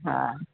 हा